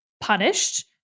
punished